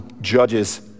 judges